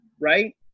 right